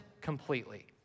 completely